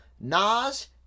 Nas